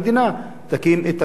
בהרבה מדינות זה קיים,